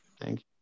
Thank